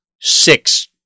six